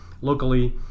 locally